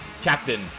Captain